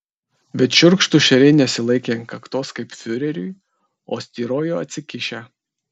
bet šiurkštūs šeriai nesilaikė ant kaktos kaip fiureriui o styrojo atsikišę